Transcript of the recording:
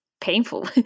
painful